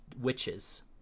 witches